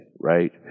right